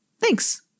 Thanks